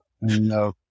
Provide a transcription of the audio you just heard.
No